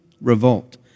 Revolt